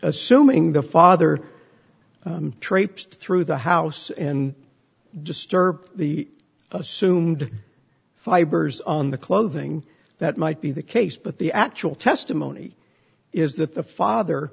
assuming the father traipse through the house and disturb the assumed fibers on the clothing that might be the case but the actual testimony is that the father